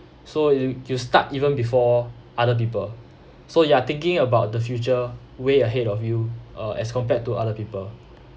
so you you start even before other people so you are thinking about the future way ahead of you uh as compared to other people